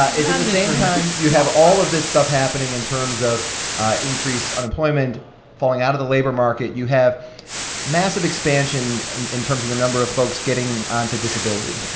ah is at the same time you have all of this stuff happening in terms of increased unemployment falling out of the labor market, you have massive expansion and in terms of the number of folks getting onto disability.